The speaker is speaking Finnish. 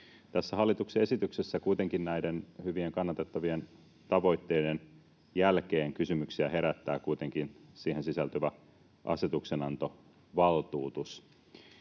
hallituksen esityksessä kuitenkin näiden hyvien ja kannatettavien tavoitteiden jälkeen kysymyksiä herättää siihen sisältyvä asetuksenantovaltuutus.